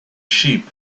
sheep